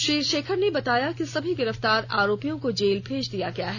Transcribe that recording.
श्री शेखर ने बताया कि सभी गिरफ्तार आरोपियों को जेल भेज दिया गया है